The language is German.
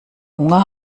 hunger